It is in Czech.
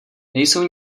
nejsou